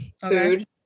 food